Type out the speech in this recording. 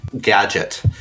gadget